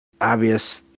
obvious